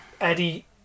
Eddie